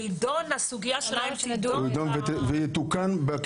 הוא ידון בסוגיה, לא יתוקן יש את זה בדברי הסבר.